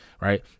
Right